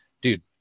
dude